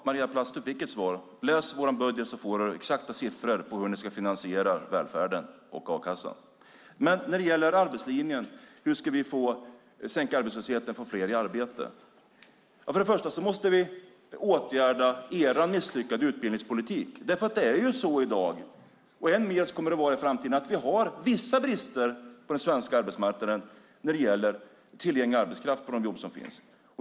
Herr talman! Du fick ett svar, Maria Plass. Läs vår budget. Då får du exakta siffror på hur välfärden och a-kassan ska finansieras. Sedan var det frågan om arbetslinjen. Hur ska vi sänka arbetslösheten och få fler i arbete? Först och främst måste vi åtgärda er misslyckade utbildningspolitik. I dag - och än mer i framtiden - har vi vissa brister på den svenska arbetsmarknaden när det gäller tillgänglig arbetskraft för de jobb som finns.